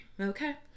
okay